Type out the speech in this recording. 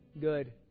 Good